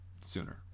sooner